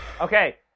Okay